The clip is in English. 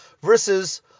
versus